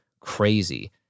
crazy